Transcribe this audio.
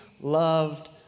loved